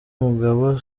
mugabo